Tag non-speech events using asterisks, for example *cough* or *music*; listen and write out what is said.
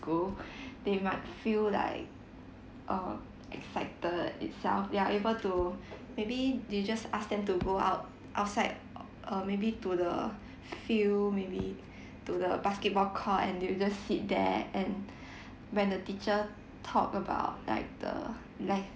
school they might feel like uh excited itself they are able to maybe they just ask them to go out~ outside *noise* uh maybe to the field maybe to the basketball court and they will just sit there and when the teacher talk about like the